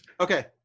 Okay